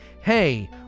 hey